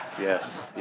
Yes